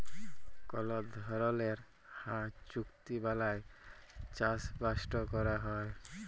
call ধরলের হাঁ চুক্তি বালায় চাষবাসট ক্যরা হ্যয়